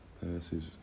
passes